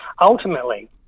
Ultimately